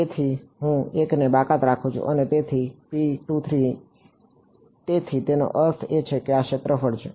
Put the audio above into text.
તેથી હું 1 ને બાકાત રાખું છું અને તેથી તેથી તેનો અર્થ એ છે કે આ ક્ષેત્રફળ છે